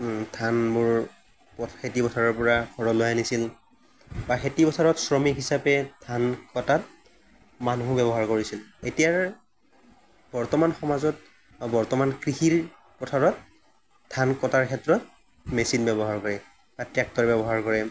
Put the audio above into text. ও ধানবোৰ খেতিপথাৰৰ পৰা ঘৰলৈ আনিছিল বা খেতিপথাৰত শ্ৰমিক হিচাপে ধান কটাত মানুহ ব্যৱহাৰ কৰিছিল এতিয়াৰ বৰ্তমান সমাজত বা বৰ্তমান কৃষিৰ পথাৰত ধান কটাৰ ক্ষেত্ৰত মেচিন ব্যৱহাৰ কৰে বা ট্ৰেক্টৰ ব্যৱহাৰ কৰে